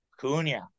Cunha